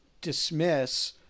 dismiss